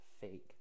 fake